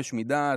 חופש מדת,